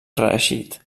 reeixit